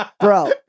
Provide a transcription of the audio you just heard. Bro